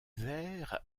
vert